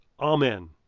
Amen